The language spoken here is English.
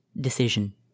decision